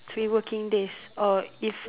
three working days or if